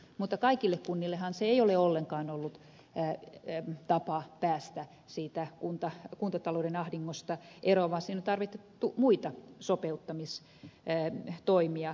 mutta kaikille kunnillehan se ei ole ollenkaan ollut tapa päästä kuntatalouden ahdingosta eroon vaan siinä on tarvittu muita sopeuttamistoimia